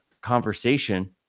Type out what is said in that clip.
conversation